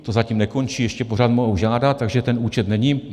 To zatím nekončí, ještě pořád mohou žádat, takže ten účet není.